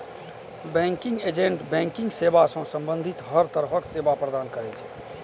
banking agent banking सेवा सं संबंधित हर तरहक सेवा प्रदान करै छै